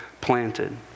planted